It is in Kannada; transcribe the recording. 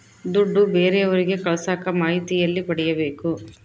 ದುಡ್ಡು ಬೇರೆಯವರಿಗೆ ಕಳಸಾಕ ಮಾಹಿತಿ ಎಲ್ಲಿ ಪಡೆಯಬೇಕು?